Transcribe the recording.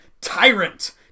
Tyrant